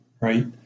right